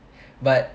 but